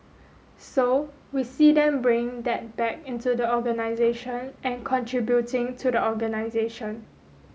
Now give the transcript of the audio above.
so we see them bringing that back into the organisation and contributing to the organisation